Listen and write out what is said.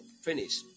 finish